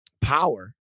power